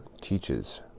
teaches